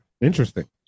Interesting